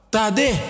Tade